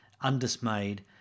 undismayed